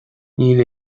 níl